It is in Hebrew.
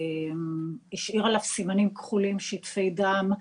השאיר עליו סימנים כחולים, שטפי דם,